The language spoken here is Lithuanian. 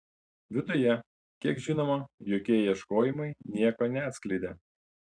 viduje kiek žinoma jokie ieškojimai nieko neatskleidė